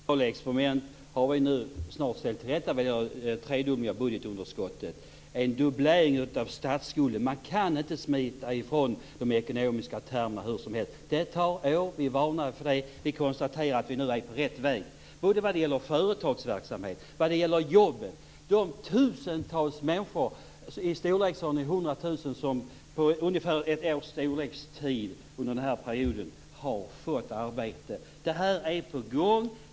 Fru talman! Ert fullskaleexperiment har vi snart ställt till rätta. Det var en tredubbling av budgetunderskotten och en dubblering av statsskulden. Man kan inte smita från de ekonomiska termerna hur som helst. Detta tar år. Vi varnade för det. Vi konstaterar att vi nu är på rätt väg när det gäller företagsverksamhet och jobben. Det är i storleksordningen hundratusen människor som på ungefär ett års tid har fått arbete. Det här är på gång.